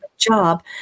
job